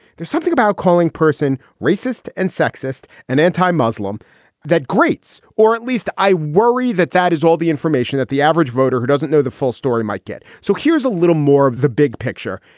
there's something about calling person racist and sexist and anti-muslim that grates or at least i worry that that is all the information that the average voter who doesn't know the full story might get. so here's a little more of the big picture.